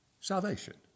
Salvation